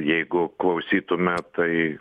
jeigu klausytume tai